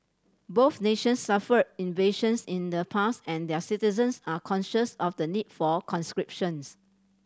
both nations suffered invasions in the past and their citizens are conscious of the need for conscriptions